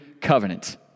covenant